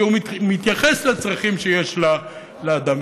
שמתייחס לצרכים שיש לאדם.